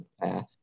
path